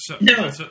No